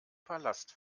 palast